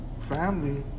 family